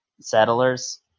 settlers